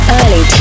early